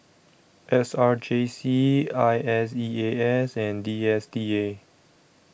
S R J C I S E A S and D S T A